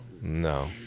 No